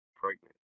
pregnant